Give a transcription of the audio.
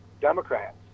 Democrats